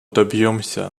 добьемся